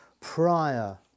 prior